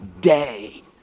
day